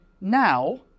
now